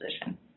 position